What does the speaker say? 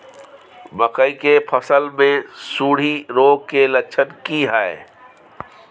मकई के फसल मे सुंडी रोग के लक्षण की हय?